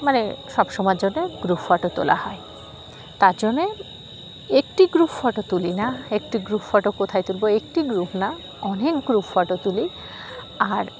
মানে সব সময়ের জন্যে গ্রুপ ফটো তোলা হয় তার জন্যে একটি গ্রুপ ফটো তুলি না একটি গ্রুপ ফটো কোথায় তুলবো একটি গ্রুপ না অনেক গ্রুপ ফটো তুলি আর